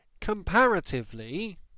comparatively